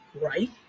right